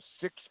six